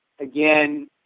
again